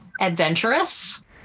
adventurous